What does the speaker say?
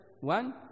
one